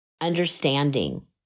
understanding